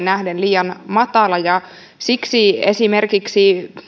nähden liian matala ja siksi esimerkiksi